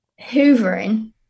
Hoovering